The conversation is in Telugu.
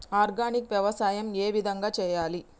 ఆర్గానిక్ వ్యవసాయం ఏ విధంగా చేయాలి?